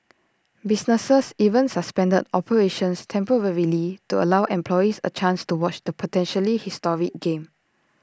businesses even suspended operations temporarily to allow employees A chance to watch the potentially historic game